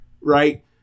right